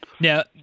now